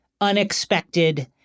unexpected